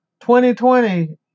2020